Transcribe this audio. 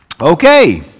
Okay